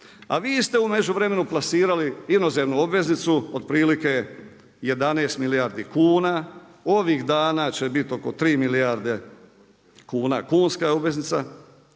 A vi ste u međuvremenu plasirali inozemnu obveznicu otprilike 11 milijardi kuna, ovih dana će biti oko 3 milijarde kuna kunska obveznica,